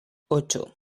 ocho